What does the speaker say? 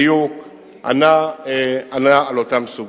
בדיוק ענה על אותן סוגיות.